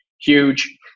huge